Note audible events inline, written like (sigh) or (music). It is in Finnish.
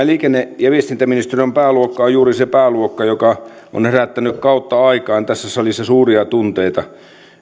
(unintelligible) liikenne ja viestintäministeriön pääluokka on juuri se pääluokka joka on herättänyt kautta aikain tässä salissa suuria tunteita